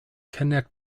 connect